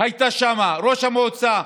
הייתה שם: ראש המועצה,